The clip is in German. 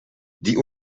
die